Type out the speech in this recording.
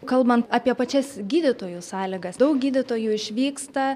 kalbant apie pačias gydytojų sąlygas daug gydytojų išvyksta